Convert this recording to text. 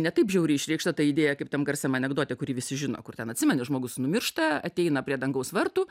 ne taip žiauriai išreikšta ta idėja kaip tam garsiam anekdote kurį visi žino kur ten atsimeni žmogus numiršta ateina prie dangaus vartų